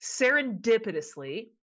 serendipitously